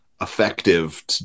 effective